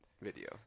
video